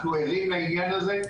אנחנו ערים לעניין הזה,